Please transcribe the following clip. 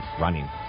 running